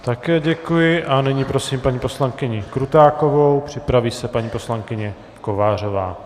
Také děkuji a nyní prosím paní poslankyni Krutákovou, připraví se paní poslankyně Kovářová.